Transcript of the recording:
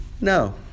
no